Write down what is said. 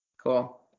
Cool